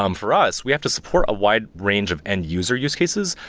um for us, we have to support a wide range of end-user use cases,